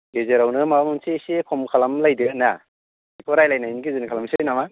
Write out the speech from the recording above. गेजेरावनो माबा मोनसे इसे खम खालामलायदो ना बेखौ रायलायनायनि गेजेरजों खालामसै नामा